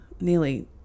nearly